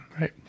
right